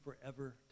forever